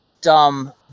dumb